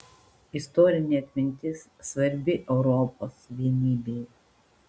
istorinė atmintis svarbi europos vienybei